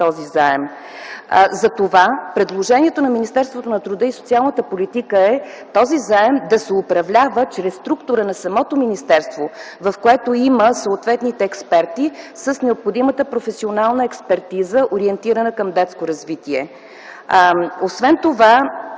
Затова предложението на Министерството на труда и социалната политика е този заем да се управлява чрез структура на самото министерство, в което има съответните експерти, с необходимата професионална експертиза, ориентирана към детско развитие.